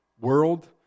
world